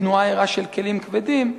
תנועה ערה של כלים כבדים,